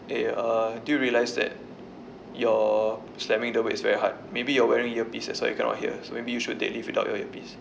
eh uh do realise that you're slamming the weights very hard maybe you're wearing earpiece that's why you cannot hear so maybe you should dead lift without your earpiece